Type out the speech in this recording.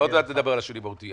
עוד מעט נדבר על שינוי מהותי.